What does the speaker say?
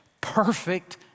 perfect